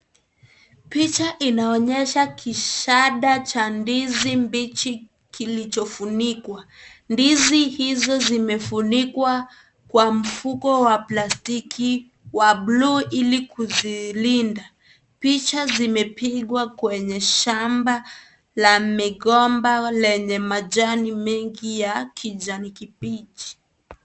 Picha inaonyesha kishada cha ndizi mbichi kilichofunikwa. Ndizi hizo zimefunikwa kwa mfuko wa plastiki wa blue ili kuzilinda. Picha zimepigwa kwenye shamba la migomba lenye majani mengi ya kijani kibichi.